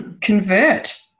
convert